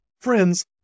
friends